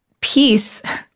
peace